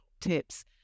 tips